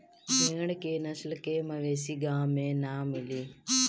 भेड़ के नस्ल के मवेशी गाँव में ना मिली